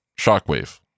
Shockwave